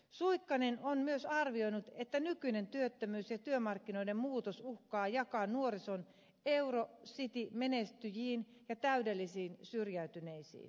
suikkanen on myös arvioinut että nykyinen työttömyys ja työmarkkinoiden muutos uhkaa jakaa nuorison eurocitymenestyjiin ja täydellisiin syrjäytyjiin